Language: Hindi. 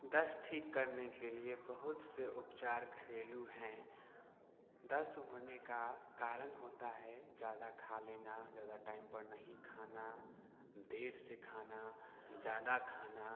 दस्त ठीक करने के लिए बहुत से उपचार घरेलू हैं दस्त होने का कारण होता है ज़्यादा खा लेना ज़्यादा टाइम पर नहीं खाना देर से खाना ज़्यादा खाना